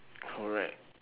correct